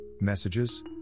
messages